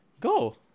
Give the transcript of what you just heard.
go